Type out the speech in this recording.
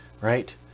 right